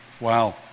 Wow